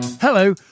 Hello